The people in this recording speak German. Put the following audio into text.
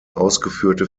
ausgeführte